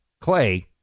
Clay